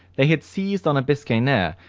they had seized on a biscayner,